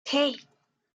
hey